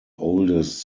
oldest